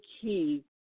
key